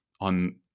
on